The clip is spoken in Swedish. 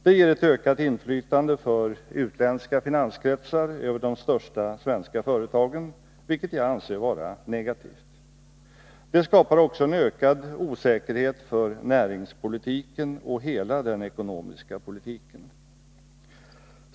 Det ger ett ökat inflytande för utländska finanskretsar över de största svenska företagen, vilket jag anser vara negativt. Det skapar också en ökad osäkerhet för näringspolitiken och hela den ekonomiska politiken.